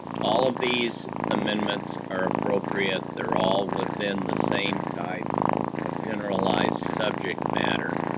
all of these amendments are appropriate. they're all within the same type of generalized subject matter.